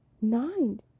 nine